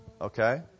okay